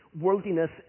Worldliness